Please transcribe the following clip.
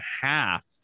half